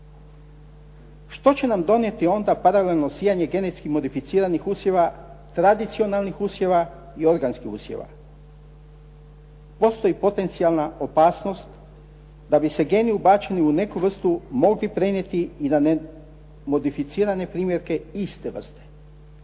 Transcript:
Što će nam donijeti onda paralelno sijanje genetski modificiranih usjeva, tradicionalnih usjeva i organskih usjeva? Postoji potencijalna opasnost da bi se geni ubačeni u neku vrstu mogli prenijeti i na nemodificirane primjerke iste vrste.